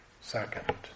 Second